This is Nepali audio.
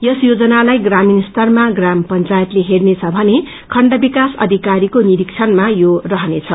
यस योजनालाई ग्रामीण स्तरमा ग्राम पंचायतले हेर्नेछ थने खण्ड विकास अधिकारीको निरीबणमा यो लागू गरिनेछ